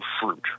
fruit